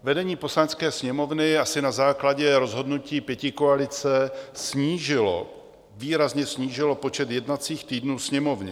Vedení Poslanecké sněmovny asi na základě rozhodnutí pětikoalice snížilo, výrazně snížilo počet jednacích týdnů Sněmovny.